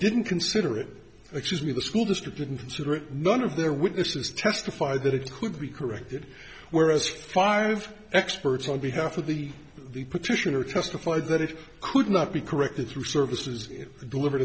didn't consider it excuse me the school district and consider it none of their witnesses testified that it could be corrected whereas five experts on behalf of the the petitioner testified that it could not be corrected through services delivered